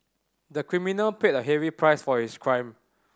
the criminal paid a heavy price for his crime